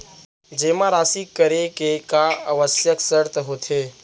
जेमा राशि करे के का आवश्यक शर्त होथे?